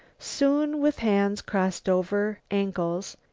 soon, with hands crossed over ankles,